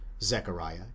Zechariah